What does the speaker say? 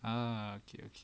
ah okay okay